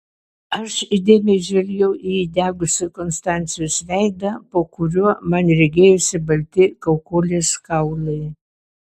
aš įdėmiai žvelgiau į įdegusį konstancijos veidą po kuriuo man regėjosi balti kaukolės kaulai